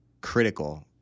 critical